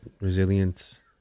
resilience